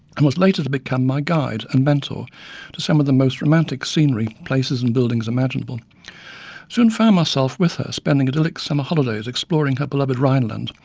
and was later to became my guide and mentor to some of the most romantic scenery, places and buildings imaginable. i soon found myself with her spending idyllic summer holidays exploring her beloved rhineland,